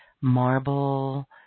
marble